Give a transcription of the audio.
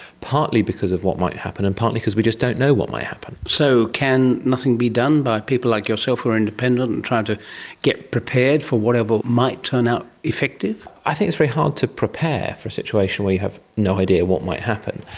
partly because of what might happen and partly because we just don't know what might happen. so can nothing be done by people like yourself who are independent, and trying to get prepared for whatever might turn out effective? i think it's very hard to prepare for a situation where you have no idea what might happen.